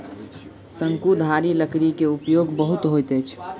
शंकुधारी लकड़ी के उपयोग बहुत होइत अछि